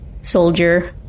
soldier